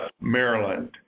Maryland